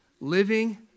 living